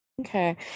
Okay